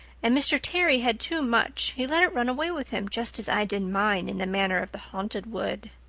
and mr terry had too much he let it run away with him just as i did mine in the matter of the haunted wood.